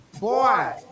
Boy